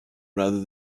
rather